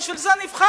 בשביל זה נבחרת.